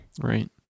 right